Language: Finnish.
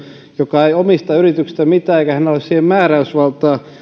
joka ei omista yrityksestä mitään ja jolla ei ole siihen määräysvaltaa